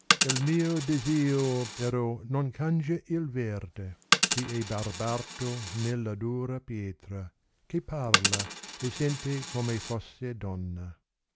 u mio disio però non cangia il verde si è barbato nella dura pietra che parla e sente come fosse donna